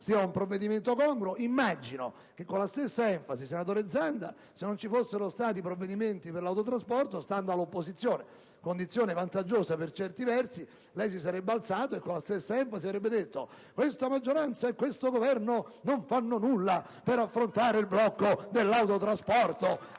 sia un provvedimento congruo. Immagino, senatore Zanda, che se non ci fossero stati provvedimenti sull'autotrasporto, stando all'opposizione - condizione vantaggiosa per certi versi - lei si sarebbe alzato e con la stessa enfasi avrebbe detto: questa maggioranza e questo Governo non fanno nulla per affrontare il blocco dell'autotrasporto,